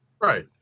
Right